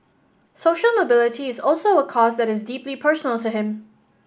social mobility is also a cause that is deeply personal to him